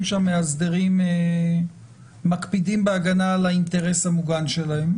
שהמאסדרים מקפידים בהגנה על האינטרס המוגן שלהם.